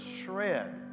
shred